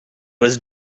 was